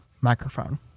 microphone